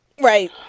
Right